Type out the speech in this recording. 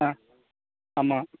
ஆ ஆமாம்